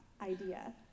idea